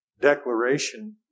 declaration